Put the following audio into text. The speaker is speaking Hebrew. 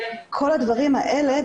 כל הדברים האלה,